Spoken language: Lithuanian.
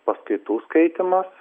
paskaitų skaitymas